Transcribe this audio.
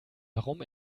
warum